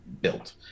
built